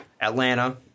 atlanta